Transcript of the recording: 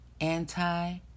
anti